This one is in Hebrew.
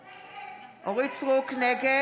נגד.